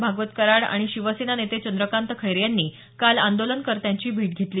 भागवत कराड आणि शिवसेना नेते चंद्रकांत खैरे यांनी काल आंदोलनकर्त्यांची भेट घेतली